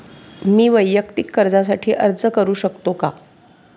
मी वैयक्तिक कर्जासाठी अर्ज करू शकतो का?